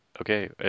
okay